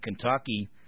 Kentucky